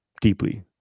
deeply